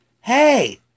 hey